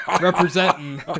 representing